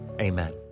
amen